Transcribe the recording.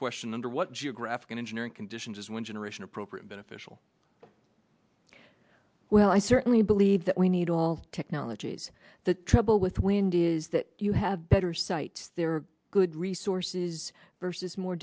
question under what geographic and engineering conditions is one generation appropriate beneficial well i certainly believe that we need all technologies the trouble with wind is that you have better sites there are good resources versus more